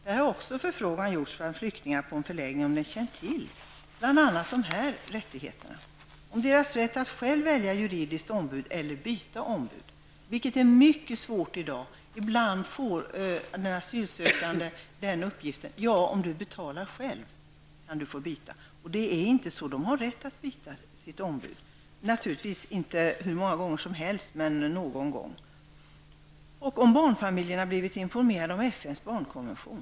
Där har en förfrågan gjorts till flyktingar på en förläggning om de känt till bl.a. rätten att själv välja juridiskt ombud eller att byta ombud, vilket i dag är mycket svårt -- ibland får den asylsökande svaret: Ja, du kan få byta ombud om du betalar själv. Det är inte så -- de har rätt att byta ombud, inte hur många gånger som helst men någon gång. Man har också frågat barnfamiljerna om de blivit informerade om FNs barnkonvention.